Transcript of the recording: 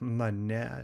na ne